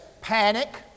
panic